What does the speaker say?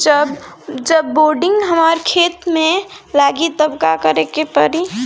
जब बोडिन हमारा खेत मे लागी तब का करे परी?